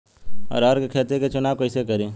अरहर के खेत के चुनाव कईसे करी?